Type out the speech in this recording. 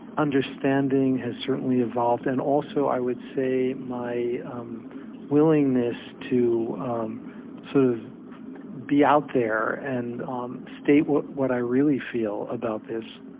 understanding has certainly evolved, and also, i would say, my um willingness to um sort of be out there and um state what what i really feel about this.